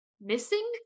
missing